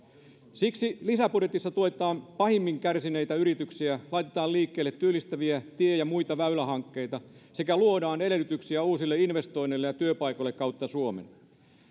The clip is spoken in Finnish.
siksi lisäbudjetissa tuetaan pahimmin kärsineitä yrityksiä laitetaan liikkeelle työllistäviä tie ja muita väylähankkeita sekä luodaan edellytyksiä uusille investoinneille ja työpaikoille kautta suomen